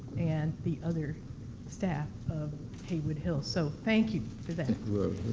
and the other staff of haywood hill. so thank you for that.